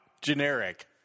generic